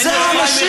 אצלנו יש פריימריז.